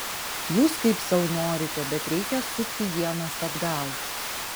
jūs kaip sau norite bet reikia sukti ienas atgal